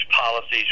policies